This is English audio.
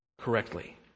correctly